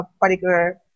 particular